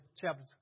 chapter